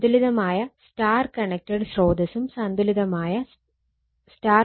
സന്തുലിതമായ Y connected സ്രോതസ്സും സന്തുലിതമായ Y കണക്റ്റഡ് ലോഡും